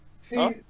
See